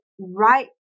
right